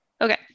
Okay